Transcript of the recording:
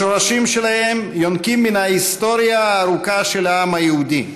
השורשים שלהם יונקים מן ההיסטוריה הארוכה של העם היהודי,